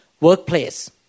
workplace